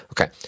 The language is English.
Okay